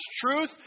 truth